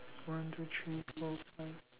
one two three four five